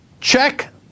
check